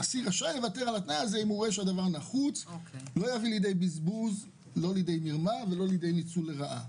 זה נחוץ כדי למנוע מרמה או ניצול לרעה